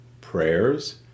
prayers